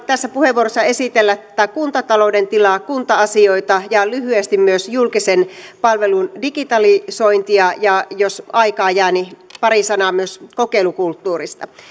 tässä puheenvuorossa esitellä kuntatalouden tilaa kunta asioita ja lyhyesti myös julkisen palvelun digitalisointia ja jos aikaa jää niin pari sanaa myös kokeilukulttuurista